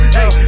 Hey